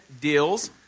deals